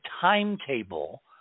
timetable